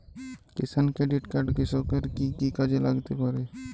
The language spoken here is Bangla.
কিষান ক্রেডিট কার্ড কৃষকের কি কি কাজে লাগতে পারে?